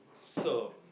so